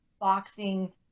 boxing